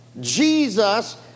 Jesus